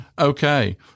okay